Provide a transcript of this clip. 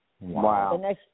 Wow